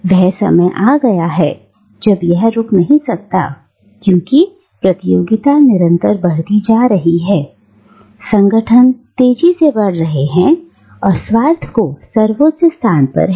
वह समय आ गया है जब यह रुक नहीं सकता क्योंकि प्रतियोगिता निरंतर बढ़ती जा रही है संगठन तेजी से बढ़ रहे हैं और स्वार्थ को सर्वोच्च स्थान पर है